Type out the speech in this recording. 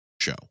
show